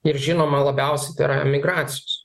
ir žinoma labiausiai tai yra emigracijos